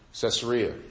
Caesarea